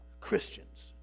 Christians